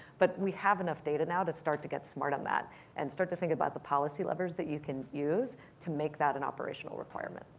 but we have enough data, now to start to get smart on that and start to think about the policy levers that you can use to make that an operational deployment.